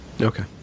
Okay